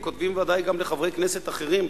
הם כותבים ודאי גם לחברי כנסת אחרים,